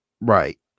Right